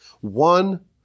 One